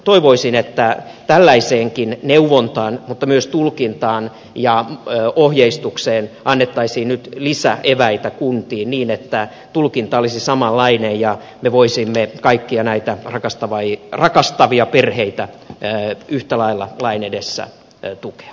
toivoisin että tällaiseenkin neuvontaan mutta myös tulkintaan ja ohjeistukseen annettaisiin nyt lisäeväitä kunnille niin että tulkinta olisi samanlainen ja me voisimme kaikkia näitä rakastavia perheitä yhtä lailla lain edessä tukea